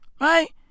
Right